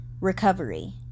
recovery